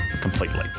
completely